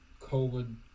COVID